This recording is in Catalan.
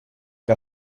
que